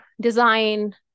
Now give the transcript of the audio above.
design